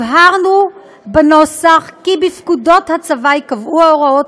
הבהרנו בנוסח כי בפקודות הצבא ייקבעו ההוראות